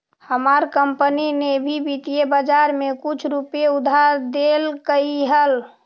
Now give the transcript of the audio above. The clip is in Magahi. हमार कंपनी ने भी वित्तीय बाजार में कुछ रुपए उधार देलकइ हल